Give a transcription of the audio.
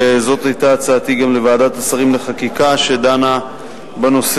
וזאת היתה הצעתי גם לוועדת השרים לחקיקה שדנה בנושא,